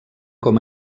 com